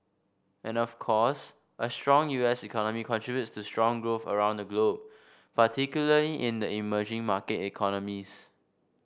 and of course a strong U S economy contributes to strong growth around the globe particularly in the emerging market economies